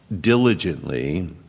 diligently